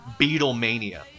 Beatlemania